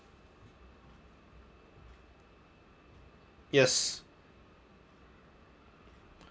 yes